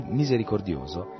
misericordioso